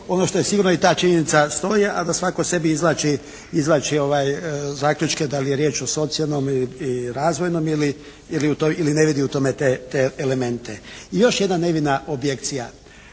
ono što je sigurno i ta činjenica stoji a da svatko sebi izvlači zaključke da li je riječ o socijalnom i razvojnom ili u toj, ili ne vidi u tome te elemente. I još jedna nevina objekcija.